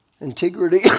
Integrity